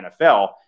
NFL